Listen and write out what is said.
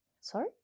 sorry